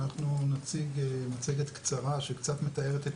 אנחנו נציג מצגת קצרה שקצת מתארת את